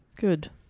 Good